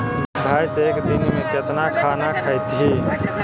भैंस एक दिन में केतना खाना खैतई?